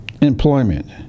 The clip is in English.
employment